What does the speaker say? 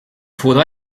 faudra